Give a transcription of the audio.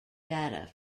data